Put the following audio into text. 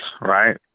right